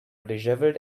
dishevelled